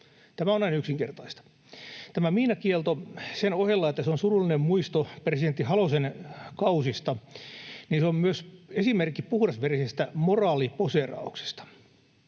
Tämä on näin yksinkertaista. Tämä miinakielto sen ohella, että se on surullinen muisto presidentti Halosen kausista, niin se on myös esimerkki puhdasverisistä moraaliposeerauksista.